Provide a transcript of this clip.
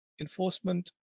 enforcement